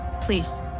please